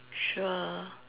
sure